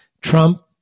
trump